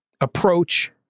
approach